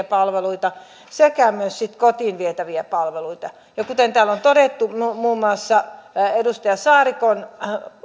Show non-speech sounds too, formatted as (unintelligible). (unintelligible) palveluita sekä myös sitten kotiin vietäviä palveluita ja kuten täällä on todettu muun muassa edustaja saarikon